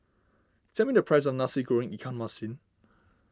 tell me the price of Nasi Goreng Ikan Masin